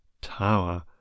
tower